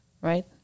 right